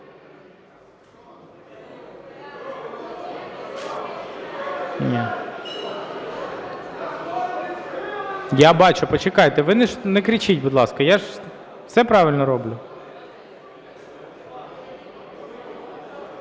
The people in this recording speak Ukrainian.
Я бачу. Почекайте! Ви не кричіть, будь ласка. Я ж все правильно роблю.